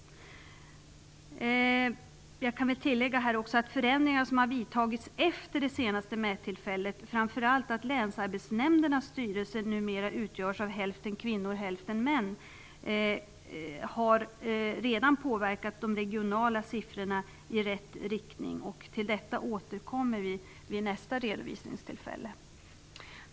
Jag kan tillägga att förändringar som har vidtagits efter det senaste mättillfället, framför allt det faktum att länsarbetsnämndernas styrelser numera utgörs av hälften kvinnor och hälften män, redan har påverkat de regionala siffrorna i rätt riktning. Till detta återkommer vi vid nästa redovisningstillfälle.